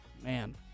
Man